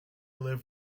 live